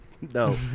no